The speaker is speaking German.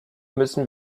müssen